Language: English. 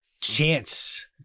chance